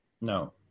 No